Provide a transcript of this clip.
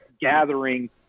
gathering